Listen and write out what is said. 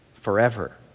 forever